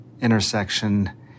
intersection